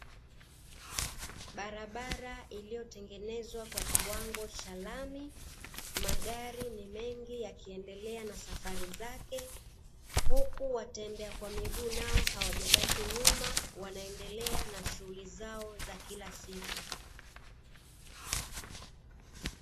Barabara iliyotengenezwa kwa kiwango cha lami, magari ni mengi yakiendelea na safari zake, huku watembea kwa miguu nao hawajabaki nyuma, wanaendelea na shughuli zao za kila siku.